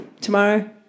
tomorrow